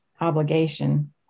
obligation